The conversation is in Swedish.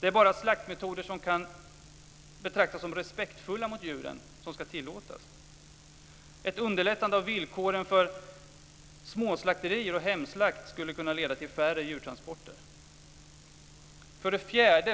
Det är bara slaktmetoder som kan betraktas som respektfulla mot djuren som ska tillåtas. Ett underlättande av villkoren för småslakterier och hemslakt skulle kunna leda till färre djurtransporter. 4.